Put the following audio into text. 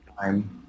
time